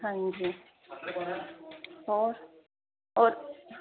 ਹਾਂਜੀ ਹੋਰ ਹੋਰ